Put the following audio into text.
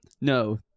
No